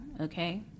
okay